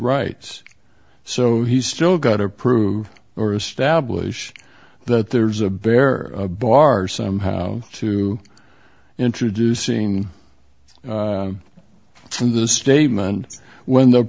rights so he's still got approved or establish that there's a bare bar somehow to introducing to the statement when the